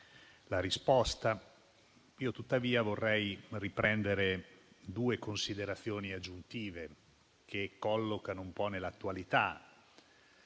la risposta, ma vorrei riprendere due considerazioni aggiuntive, che collocano un po' nell'attualità